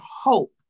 hope